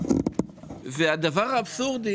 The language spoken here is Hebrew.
והאבסורד,